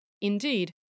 Indeed